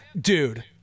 dude